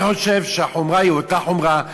אני חושב שהחומרה היא אותה חומרה,